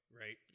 right